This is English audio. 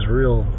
real